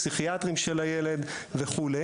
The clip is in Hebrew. הפסיכיאטריים של הילד וכו'.